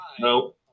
No